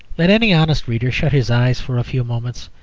let any honest reader shut his eyes for a few moments,